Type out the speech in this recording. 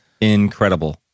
incredible